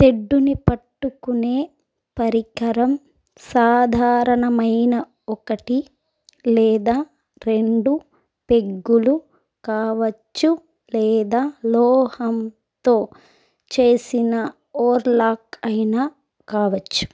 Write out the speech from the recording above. తెడ్డుని పట్టుకునే పరికరం సాధారణమైన ఒకటి లేదా రెండు పెగ్గులు కావచ్చు లేదా లోహంతో చేసిన ఓవర్లాక్ అయినా కావచ్చు